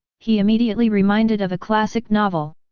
he immediately reminded of a classic novel.